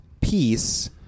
peace